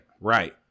Right